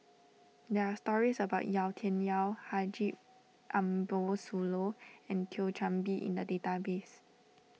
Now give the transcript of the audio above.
there are stories about Yau Tian Yau Haji Ambo Sooloh and Thio Chan Bee in the database